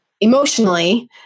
emotionally